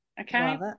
Okay